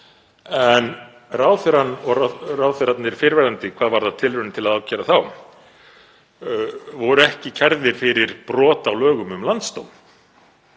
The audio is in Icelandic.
en ráðherrann og ráðherrarnir fyrrverandi, hvað varðar tilraunir til að ákæra þá, voru ekki kærðir fyrir brot á lögum um landsdóm.